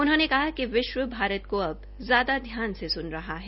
उन्होंने कहा कि विश्व भारत को अब ज्यादा ध्यान से सुन रहा है